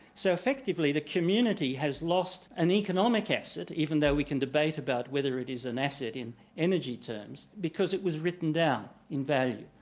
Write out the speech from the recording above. so effectively the community has lost an economic asset even though we can debate about whether it is an asset in energy terms because it was written down in value.